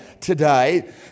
today